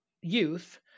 youth